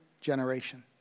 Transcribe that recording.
generation